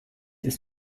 ist